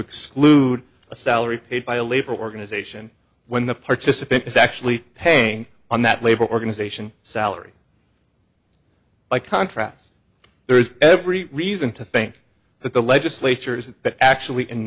exclude a salary paid by a labor organization when the participant is actually paying on that labor organization salary by contrast there is every reason to think that the legislatures that actually